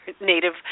Native